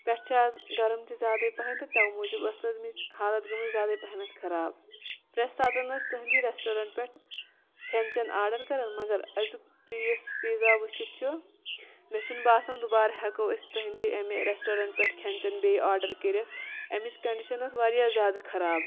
پٮ۪ٹھٕ چھُ آز گرُم تہِ زیادٕے پَہم تہٕ تَوے موٗجوٗب ٲسۍ تَمِچ حالات گٔمٕژ زیادے پَہمتھ خراب پرٮ۪تھ ساتہٕ ٲسۍ تٔہنٛدی ریسٹورنٛٹ پٮ۪ٹھ کھٮ۪ن چٮ۪ن آڈر کران مَگر أزیُک پیٖزا وٕچھِتھ چھُ مےٚ چھُ نہٕ باسان دُبارٕ ہٮ۪کو أسۍ تُہنٛدِ اَمہِ ریسٹورنٛٹ پٮ۪ٹھٕ کھٮ۪ن چھٮ۪ن بیٚیہِ آڈر کٔرِتھ اَمِچ کنٛڈِشن ٲس واریاہ زیادٕ خراب